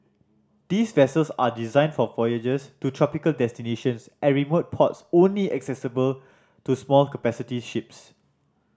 these vessels are designed for voyages to tropical destinations and remote ports only accessible to small capacity ships